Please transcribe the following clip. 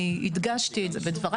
אני הדגשתי את זה בדבריי.